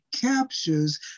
captures